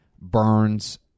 burns